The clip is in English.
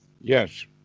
Yes